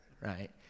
right